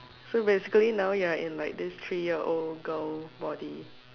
so basically now you're like in this three year old girl body